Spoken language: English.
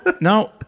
no